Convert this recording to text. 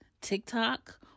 TikTok